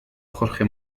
jorge